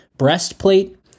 Breastplate